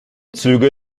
züge